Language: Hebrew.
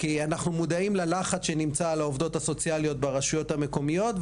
כי אנחנו מודעים ללחץ שנמצא על העובדות הסוציאליות ברשויות המקומיות.